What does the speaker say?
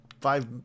five